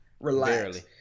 Relax